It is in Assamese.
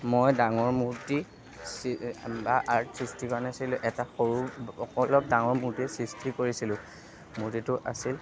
মই ডাঙৰ মূৰ্তি বা আৰ্ট সৃষ্টি কৰা নাছিলো এটা সৰু অলপ ডাঙৰ মূৰ্তি সৃষ্টি কৰিছিলোঁ মূৰ্তিটো আছিল